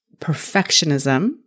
perfectionism